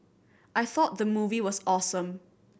I thought the movie was awesome